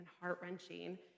heart-wrenching